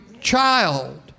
child